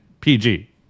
PG